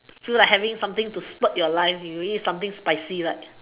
feel like having something to spurt your life you eat something spicy right